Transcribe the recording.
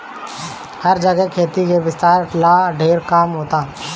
हर जगे खेती के विस्तार ला ढेर काम होता